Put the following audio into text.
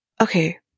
Okay